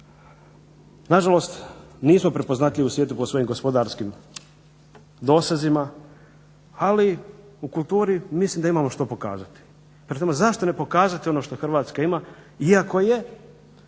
Na žalost nismo prepoznatljivi u svijetu po svojim gospodarskim dosezima, ali u kulturi mislim da imamo što pokazati. Prema tome, zašto ne pokazati ono što Hrvatska ima, iako je